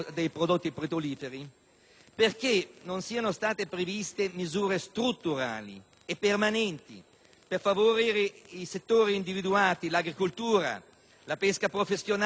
perché non siano state previste misure strutturali e permanenti per favorire i settori individuati: l'agricoltura, la pesca professionale e l'autotrasporto,